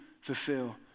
fulfill